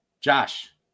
Josh